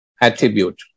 attribute